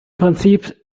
prinzip